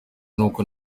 nuko